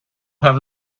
have